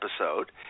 episode